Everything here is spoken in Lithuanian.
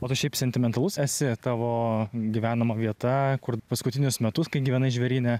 o tu šiaip sentimentalus esi tavo gyvenama vieta kur paskutinius metus kai gyvenai žvėryne